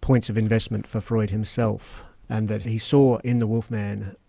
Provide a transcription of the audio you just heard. points of investment for freud himself, and that he saw in the wolf man,